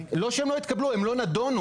לא שהן לא התקבלו, הן לא נדונו.